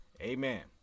Amen